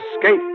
Escape